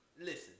Listen